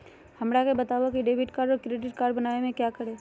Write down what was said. हमरा के बताओ की डेबिट कार्ड और क्रेडिट कार्ड बनवाने में क्या करें?